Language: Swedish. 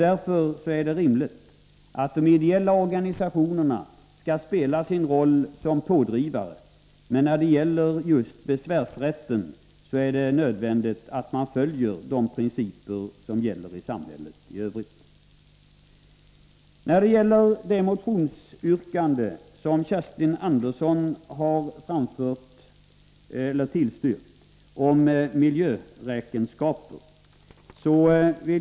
Det är rimligt att de ideella organisationerna spelar sin roll som pådrivare, men när det gäller just besvärsrätten är det nödvändigt att vi följer de principer som gäller i samhället i övrigt. Kerstin Andersson har tillstyrkt ett motionsyrkande om införande av miljöräkenskaper.